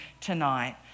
tonight